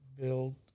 build